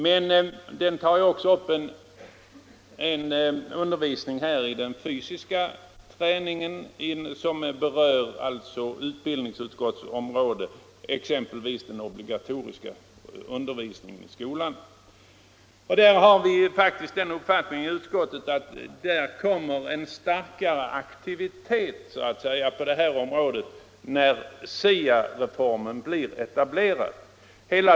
Men motionen tar ju också upp frågan om undervisning i fysisk träning, vilken faller inom utbild | ningsutskottets område, exempelvis när det gäller den obligatoriska uni dervisningen i skolan. Där har vi faktiskt den uppfattningen i utskottet att det kommer att bli en starkare aktivitet på det här området när SIA reformen genomförts.